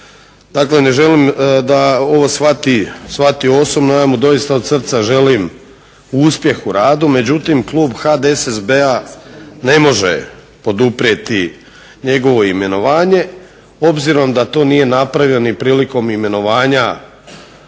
Dakle, ne želim da ovo shvati osobno. Ja mu doista od srca želim uspjeh u radu. Međutim, klub HDSSB-a ne može poduprijeti njegovo imenovanje obzirom da to nije napravio ni prilikom imenovanja